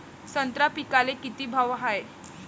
संत्रा पिकाले किती भाव हाये?